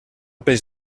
peix